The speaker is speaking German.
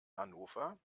hannover